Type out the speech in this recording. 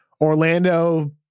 Orlando